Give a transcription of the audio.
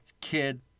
kid